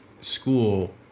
school